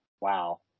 Wow